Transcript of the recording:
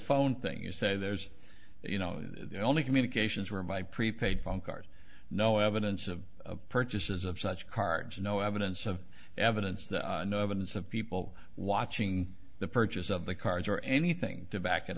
phone thing you say there's you know the only communications were by prepaid phone card no evidence of purchases of such cards no evidence of evidence there no evidence of people watching the purchase of the cards or anything to back it